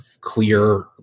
clear